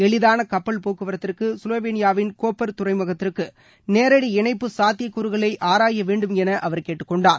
எளிதான கப்பல் போக்குவரத்திற்கு கலோவேளியாவின் கோப்பர் துறைமுகத்திற்கு நேரடி இணைப்பு சாத்தியக்கூறுகளை ஆராய வேண்டும் என அவர் கேட்டுக்கொண்டார்